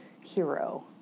hero